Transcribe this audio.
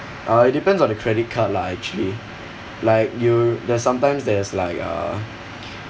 uh it depends on the credit card lah actually like you there's sometimes there's like uh